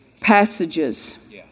passages